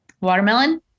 Watermelon